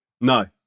no